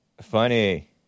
Funny